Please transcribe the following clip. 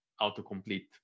auto-complete